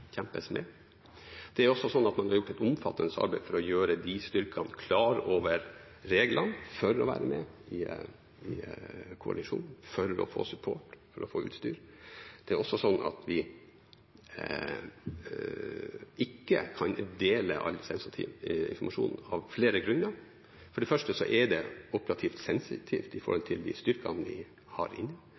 kjempes med. Man har også gjort et omfattende arbeid for å gjøre disse styrkene klar over reglene for å være med i koalisjonen, for å få support, for å få utstyr. Det er også sånn at vi ikke kan dele all sensitiv informasjon, av flere grunner. For det første er det operativt sensitivt i forhold til de styrkene vi har